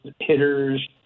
hitters